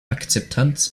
akzeptanz